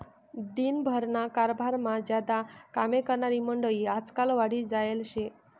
दिन भरना कारभारमा ज्यादा कामे करनारी मंडयी आजकाल वाढी जायेल शे